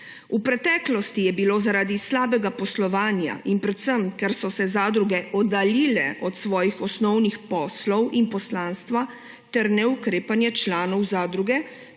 V preteklosti je bilo zaradi slabega poslovanja in predvsem ker so se zadruge oddaljile od svojih osnovnih poslov in poslanstva ter neukrepanja članov zadruge